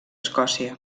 escòcia